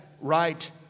right